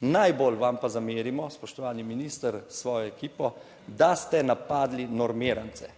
Najbolj vam pa zamerimo, spoštovani minister s svojo ekipo, da ste napadli normirance.